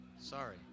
sorry